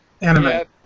anime